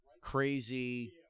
crazy